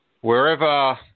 wherever